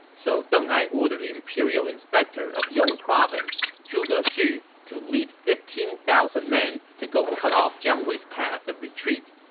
so deng ai ordered the imperial inspector of yong province, zhuge xu, to lead fifteen thousand men to go cut off jiang wei's path of retreat.